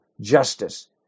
justice